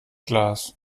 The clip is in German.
glas